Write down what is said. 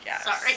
Sorry